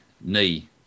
knee